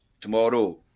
tomorrow